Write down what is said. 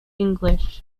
english